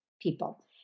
people